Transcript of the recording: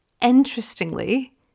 interestingly